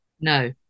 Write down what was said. No